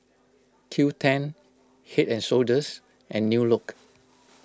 Q ten Head and Shoulders and New Look